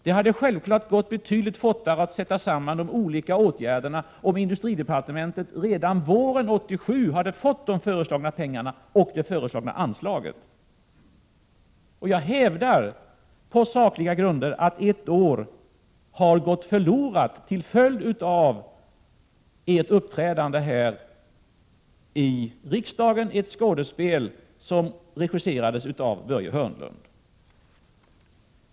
Det hade självfallet gått betydligt fortare att sätta samman de olika åtgärderna om industridepartementet redan våren 1987 hade fått de föreslagna pengarna och det föreslagna anslaget. Jag hävdar på sakliga grunder att ett år har gått förlorat på grund av ert uppträdande här i riksdagen, i ett skådespel som regisserades av Börje Hörnlund.